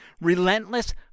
relentless